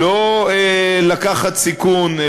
לא לקחת סיכון,